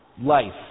Life